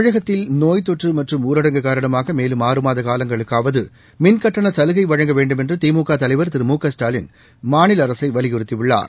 தமிழகத்தில் நோய் தொற்று மற்றும் ஊரடங்கு காரணமாக மேலும் ஆறு மாத காலங்களுக்காவது மின் கட்டண சலுகை வழங்க வேண்டுமென்றுதிமுக தலைவா் திரு மு க வ்டாலின் மாநில அரசை வலியுறுத்தியுள்ளார்